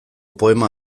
poema